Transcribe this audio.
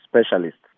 specialists